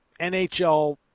NHL